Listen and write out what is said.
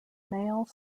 male